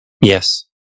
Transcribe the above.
Yes